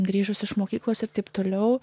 grįžus iš mokyklos ir taip toliau